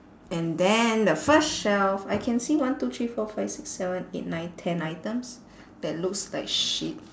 and then the first shelf I can see one two three four five six seven eight nine ten items that looks like shit